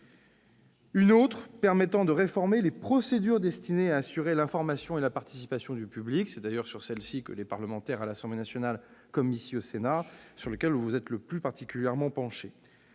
; l'autre permettant de réformer les procédures destinées à assurer l'information et la participation du public- c'est d'ailleurs sur celle-ci que les parlementaires, à l'Assemblée nationale comme au Sénat, se sont plus particulièrement penchés